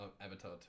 Avatar